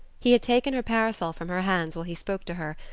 he had taken her parasol from her hands while he spoke to her,